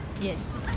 Yes